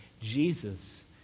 Jesus